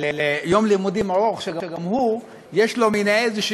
על יום לימודים ארוך, שגם הוא, יש לו איזו,